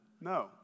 No